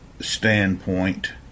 standpoint